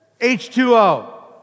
H2O